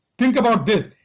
think about this.